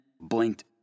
blinked